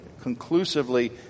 conclusively